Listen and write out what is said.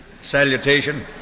salutation